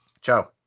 Ciao